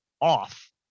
off